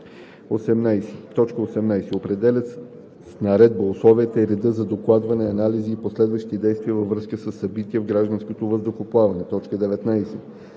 и 19: „18. определя с наредба условията и реда за докладване, анализ и последващи действия във връзка със събития в гражданското въздухоплаване; 19.